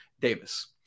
Davis